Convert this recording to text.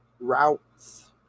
routes